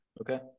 Okay